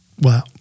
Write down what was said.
Wow